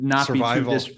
survival